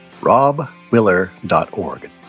robwiller.org